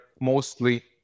mostly